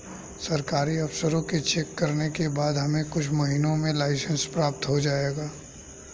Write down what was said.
सरकारी अफसरों के चेक करने के बाद हमें कुछ महीनों में लाइसेंस प्राप्त हो जाएगा